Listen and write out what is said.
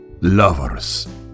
lovers